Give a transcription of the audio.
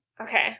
Okay